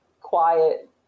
quiet